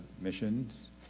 missions